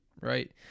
right